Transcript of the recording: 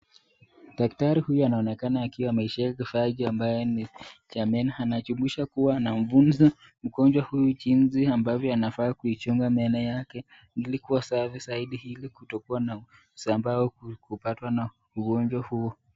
Daktari huyu anaonekana akiwa ameshika kifaa ambacho ni cha meno. Anamfunza mgonjwa huyu jinsi anafaa kuchunga meno yake ili kuwa safi zaidi ili asipate ugonjwa huo.